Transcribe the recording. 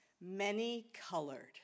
many-colored